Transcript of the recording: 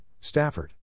Stafford